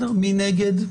מי נגד?